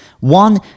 one